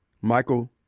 Michael